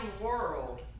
world